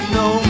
no